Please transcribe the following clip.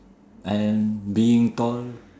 and being tall